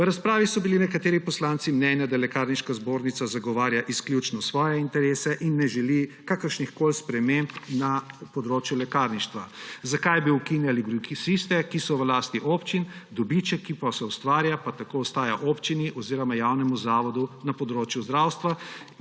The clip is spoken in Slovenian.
V razpravi so bili nekateri poslanci mnenja, da lekarniška zbornica zagovarja izključno svoje interese in ne želi kakršnihkoli sprememb na področju lekarništva. Zakaj bi ukinjali grosiste, ki so v lasti občin, dobiček, ki se ustvarja, pa tako ostaja občini oziroma javnemu zavodu na področju zdravstva,